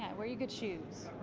and wear your good shoes.